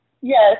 Yes